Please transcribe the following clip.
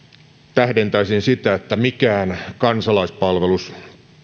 tähdentäisin sitä että mikään kansalaispalvelus